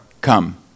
come